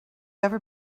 ever